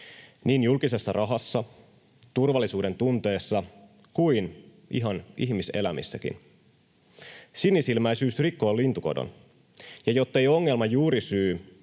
niin julkisessa rahassa, turvallisuudentunteessa kuin ihan ihmiselämissäkin. Sinisilmäisyys rikkoo lintukodon. Ja jottei ongelman juurisyy